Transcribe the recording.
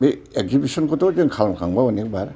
बे एकजिबिसनखौथ' जों खालाम खांबाय अनेखबार